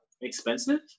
expensive